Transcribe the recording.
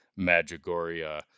Magigoria